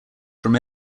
from